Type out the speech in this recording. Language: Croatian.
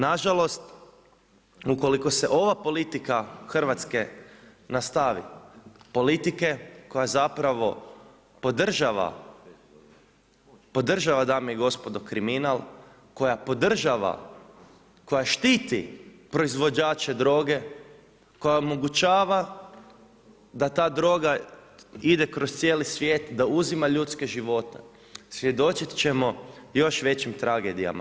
Nažalost ukoliko se ova politika Hrvatske nastavi, politike koja zapravo podržava dame i gospodo, kriminal, koja štiti proizvođače droge, koja omogućava da ta droga ide kroz cijeli svijet, da uzima ljudske živote, svjedočit ćemo još većim tragedijama.